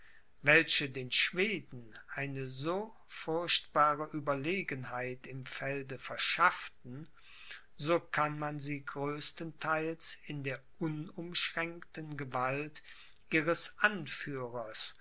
welche den schweden eine so furchtbare ueberlegenheit im felde verschafften so fand man sie größtenteils in der unumschränkten gewalt ihres anführers